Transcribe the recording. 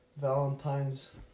Valentine's